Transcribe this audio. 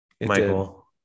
Michael